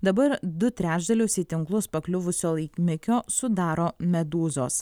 dabar du trečdalius į tinklus pakliuvusio laimikio sudaro medūzos